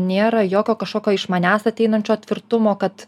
nėra jokio kažkokio iš manęs ateinančio tvirtumo kad